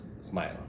smile